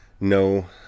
no